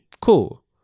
Cool